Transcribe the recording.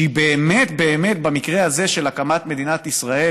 שהיא באמת באמת, במקרה הזה של הקמת מדינת ישראל